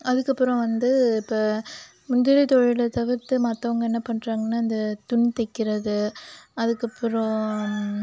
அதுக்கப்புறம் வந்து இப்போ முந்திரி தொழிலை தவிர்த்து மற்றவங்க என்ன பண்ணுறாங்கன்னா இந்த துணி தைக்கிறது அதுக்கப்புறோம்